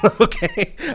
Okay